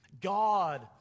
God